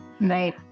Right